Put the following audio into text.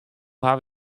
haw